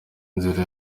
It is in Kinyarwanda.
inzira